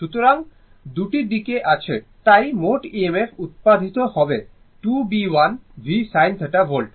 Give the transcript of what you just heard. সুতরাং দুটি দিক আছে তাই মোট EMF উত্পাদিত হবে 2 Bl v sin θ ভোল্ট